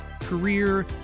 career